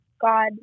God